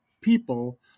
people